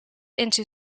into